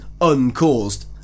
uncaused